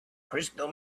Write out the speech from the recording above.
crystal